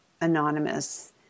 anonymous